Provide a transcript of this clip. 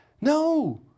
No